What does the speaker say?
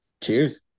Cheers